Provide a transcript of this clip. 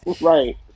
Right